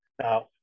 Now